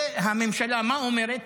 והממשלה, מה אומרת?